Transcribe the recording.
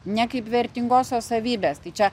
ne kaip vertingosios savybės tai čia